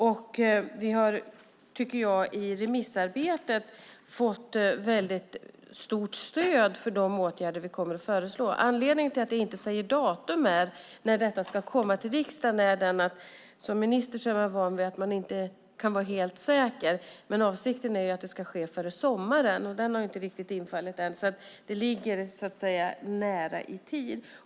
I remissarbetet har vi, tycker jag, fått stort stöd för de åtgärder vi kommer att föreslå. Anledningen till att jag inte säger vilket datum detta ska komma till riksdagen är att man som minister är van vid att man inte kan vara helt säker. Avsikten är att det ska ske före sommaren - den har ju inte riktigt infunnit sig ännu. Det ligger nära i tid.